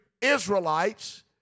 Israelites